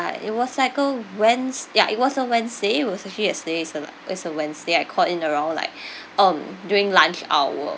it was like a wednes~ ya it was on wednesday it was actually yesterday also lah it's a wednesday I called in around like um during lunch hour